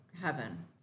heaven